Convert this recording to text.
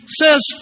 says